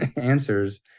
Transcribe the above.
answers